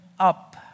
Up